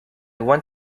want